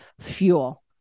fuel